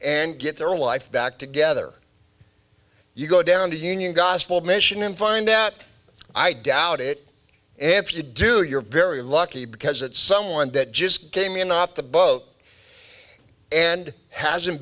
and get their life back together you go down to union gospel mission and find out i doubt it and if you do you're very lucky because it's someone that just came in off the boat and hasn't